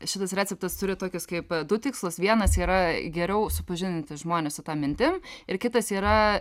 šitas receptas turi tokius kaip du tikslus vienas yra geriau supažindinti žmones su ta mintim ir kitas yra